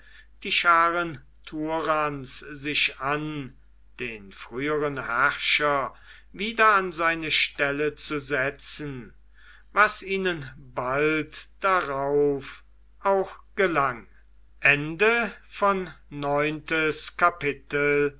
die scharen turans sich an den früheren herrscher wieder an seine stelle zu setzen was ihnen bald darauf auch gelang